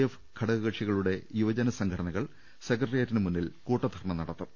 F ഘടകകക്ഷികളുടെ യുവജന ട സംഘടനകൾ സെക്രട്ടേറിയറ്റിന് മുന്നിൽ കൂട്ടധർണ നടത്തും